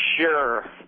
Sure